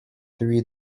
three